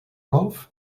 golf